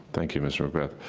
thank you, mr. macbeth.